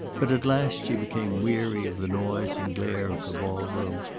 but at last she became weary of the noise and glare of the ball-room,